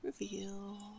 reveal